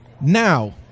Now